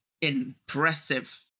impressive